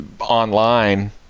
online